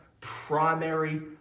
primary